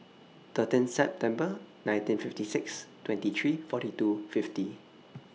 thirteen September nineteen fifty six twenty three forty two fifty